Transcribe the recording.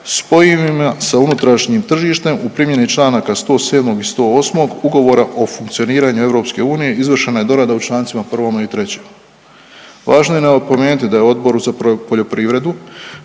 spojivim sa unutrašnjim tržište u primjeni članaka 107. i 108. Ugovora o funkcioniranju EU izvršena je dorada u člancima prvome i trećem. Važno je napomenuti da je Odboru za poljoprivredu